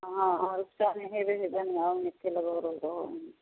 हँ रुपसाने बढ़िआँ